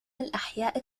الأحياء